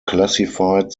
classified